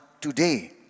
today